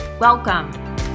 Welcome